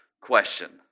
question